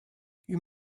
you